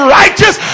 righteous